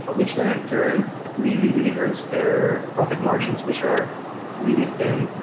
but which then in turn really, really hurts their profit margins, which are really thin, and